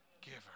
giver